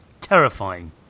terrifying